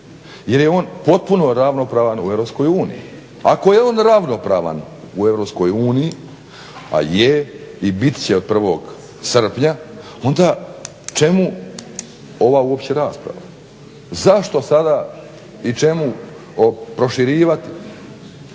jer je on potpuno ravnopravan u EU. Ako je on ravnopravan u EU, a je i bit će od 1.srpnja onda čemu ova uopće rasprava? Zašto sada i čemu proširivati?